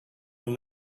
will